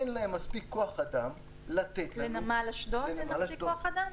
אין להם מספיק כוח אדם לתת לנו --- לנמל אשדוד אין מספיק כוח אדם?